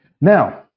Now